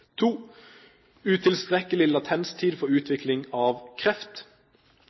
Utilstrekkelig latenstid for utvikling av kreft: